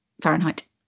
fahrenheit